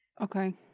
Okay